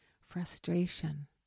frustration